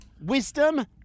wisdom